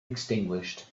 extinguished